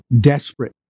desperate